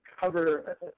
cover